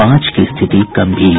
पांच की स्थिति गंभीर